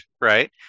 right